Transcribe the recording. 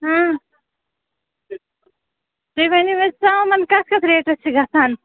اۭں تُہۍ ؤنِو اَسہِ ژامَن کَتھ کَتھ ریٹَس چھِ گژھان